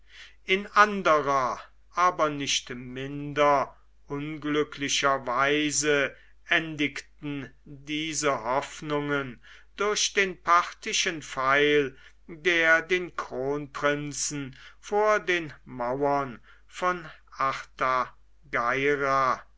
in anderer aber nicht minder unglücklicher weise endigten diese hoffnungen durch den parthischen pfeil der den kronprinzen vor den mauern von